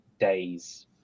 days